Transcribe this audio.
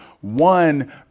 one